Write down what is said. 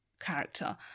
character